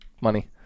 money